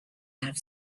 حرف